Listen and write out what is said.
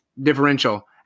differential